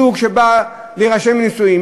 זוג שבא להירשם לנישואין,